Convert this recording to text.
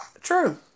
True